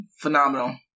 Phenomenal